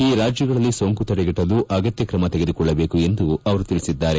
ಈ ರಾಜ್ಯಗಳಲ್ಲಿ ಸೋಂಕು ತಡೆಗಟ್ಟಲು ಅಗತ್ಯ ಕ್ರಮ ತೆಗೆದುಕೊಳ್ಳಬೇಕು ಎಂದು ಅವರು ತಿಳಿಸಿದ್ದಾರೆ